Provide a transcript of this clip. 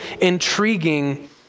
intriguing